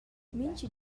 mintga